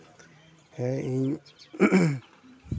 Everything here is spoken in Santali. ᱦᱮᱸ ᱤᱧ